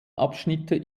abschnitte